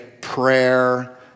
Prayer